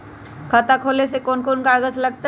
खाता खोले ले कौन कौन कागज लगतै?